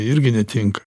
irgi netinka